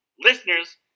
listeners